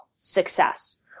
success